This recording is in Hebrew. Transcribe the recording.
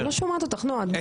אני לא שומעת אותך, נועה.